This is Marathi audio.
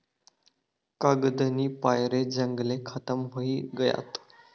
कागदनी पायरे जंगले खतम व्हयी गयात